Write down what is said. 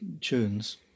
tunes